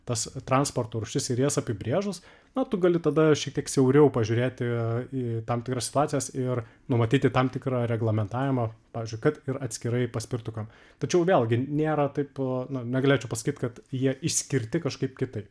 tas transporto rūšis ir jas apibrėžus na tu gali tada šiek tiek siauriau pažiūrėti į tam tikras situacijas ir numatyti tam tikrą reglamentavimą pavyzdžiui kad ir atskirai paspirtukam tačiau vėlgi nėra taip na negalėčiau pasakyt kad jie išskirti kažkaip kitaip